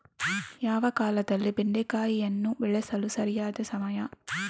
ಯಾವ ಕಾಲದಲ್ಲಿ ಬೆಂಡೆಕಾಯಿಯನ್ನು ಬೆಳೆಸಲು ಸರಿಯಾದ ಸಮಯ?